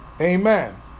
Amen